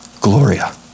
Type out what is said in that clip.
Gloria